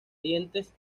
dientes